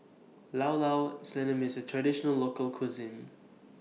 Llao Llao Sanum IS A Traditional Local Cuisine